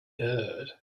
heard